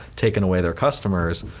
taking away their customers,